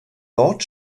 dort